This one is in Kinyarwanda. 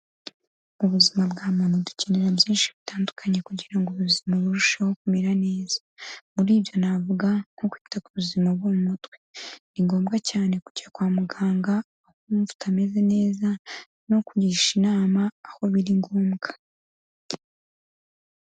Mu buzima bwa muntu dukenera byinshi bitandukanye kugira ubuzima burusheho kumera neza. Muri ibyo navuga nko kwita ku buzima bwo mu mutwe. Ni ngombwa cyane kujya kwa muganga wumva utameze neza, no kugisha inama, aho biri ngombwa.